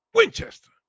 Winchester